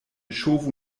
ŝovu